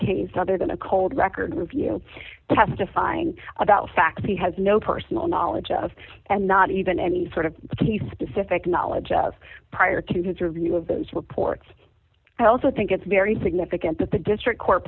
case other than a cold record review testifying about facts he has no personal knowledge of and not even any sort of key specific knowledge of prior to his review of those reports i also think it's very significant that the district court